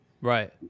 Right